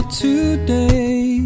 today